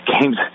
games